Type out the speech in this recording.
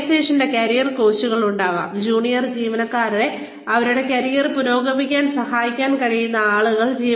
ഓർഗനൈസേഷനിൽ കരിയർ കോച്ചുകൾ ഉണ്ടാകാം ജൂനിയർ ജീവനക്കാരെ അവരുടെ കരിയറിൽ പുരോഗമിക്കാൻ സഹായിക്കാൻ കഴിയുന്ന ആളുകൾ